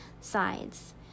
sides